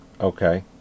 Okay